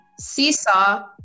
Seesaw